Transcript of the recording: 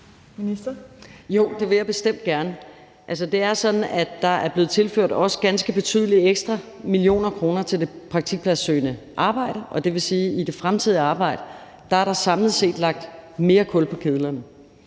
Jo, det vil jeg bestemt gerne. Altså, det er jo sådan, at der er blevet tilført også ganske betydelige ekstra millioner kroner til det praktikpladssøgende arbejde. Og det vil sige, at i det fremtidige arbejde er der samlet set lagt mere kul på kedlerne.